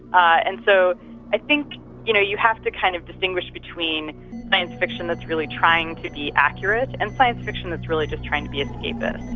and so i think you know you have to kind of distinguish between science fiction that's really trying to be accurate, and science fiction that's really just trying to be escapist.